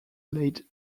late